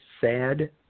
sad